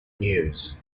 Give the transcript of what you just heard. news